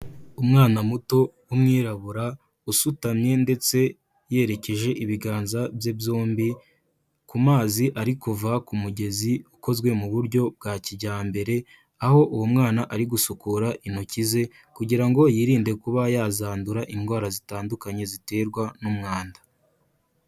Umwana muto w'umwirabura usutamye ndetse yerekeje ibiganza bye byombi ku mazi ari kuva ku mugezi ukozwe mu buryo bwa kijyambere, aho uwo mwana ari gusukura intoki ze kugira ngo yirinde kuba yazandura indwara zitandukanye ziterwa n'umwanda.